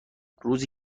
روزی